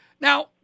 Now